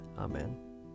Amen